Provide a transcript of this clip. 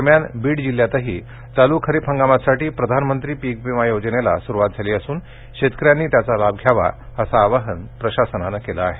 दरम्यान बीड जिल्ह्यातही चालू खरीप हंगामासाठी प्रधानमंत्री पीक विमा योजनेला सुरुवात झाली असून शेतकऱ्यांनी याचा लाभ घ्यावा असं आवाहन प्रशासनानं केलं आहे